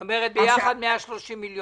זאת אומרת, ביחד 134